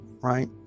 right